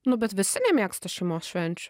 nu bet visi nemėgsta šeimos švenčių